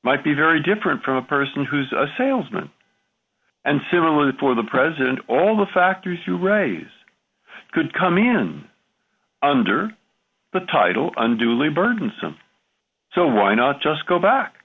might be very different from a person who's a salesman and similarly for the president all the factors you raise could come in under the title unduly burdensome so why not just go back